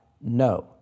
no